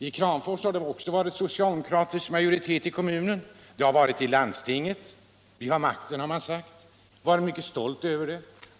I Kramfors har det varit socialdemokratisk majoritet i både kommunen och i landstinget. Vi har makten, har man sagt där och varit mycket stolt.